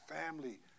family